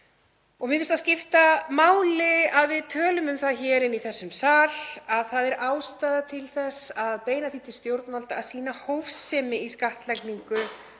Mér finnst skipta máli að við tölum um það hér inni í þessum sal að það er ástæða til að beina því til stjórnvalda að sýna hófsemi í skattlagningu